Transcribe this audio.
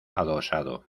adosado